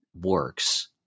works